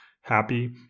happy